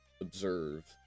observe